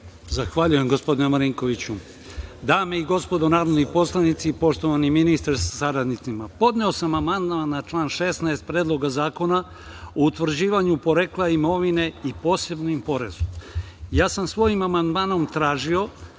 Zahvaljujem, gospodine Marinkoviću. Dame i gospodo narodni poslanici, poštovani ministre sa saradnicima, podneo sam amandman na član 16. Predloga zakona o utvrđivanju porekla imovine i posebnim porezu. Ja sam svojim amandmanom tražio